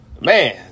man